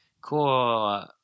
cool